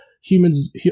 humans